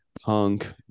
Punk